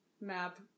map